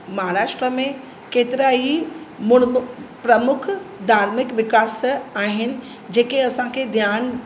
महाराष्ट्र में केतिरा ई मुड़मु प्रमुख धार्मिक विकास आहिनि जेके असांखे ध्यानु